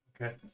okay